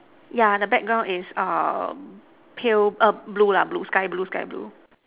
yeah the background is um pale err blue lah blue sky blue sky blue